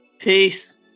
Peace